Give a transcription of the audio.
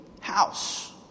house